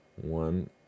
One